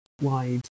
wide